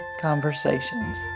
Conversations